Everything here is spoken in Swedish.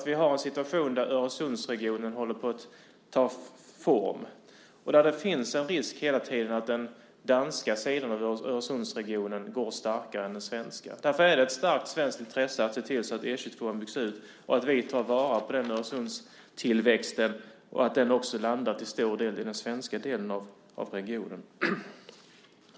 Vi har en situation där Öresundsregionen håller på att ta form och där det hela tiden finns en risk att den danska sidan går starkare än den svenska. Därför är det ett starkt svenskt intresse att se till att E 22:an byggs ut, att vi tar vara på Öresundstillväxten och att den också till stor del landar i den svenska delen av regionen.